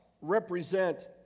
represent